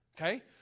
Okay